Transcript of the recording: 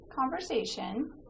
conversation